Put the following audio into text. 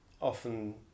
often